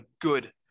good